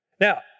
Now